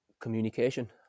communication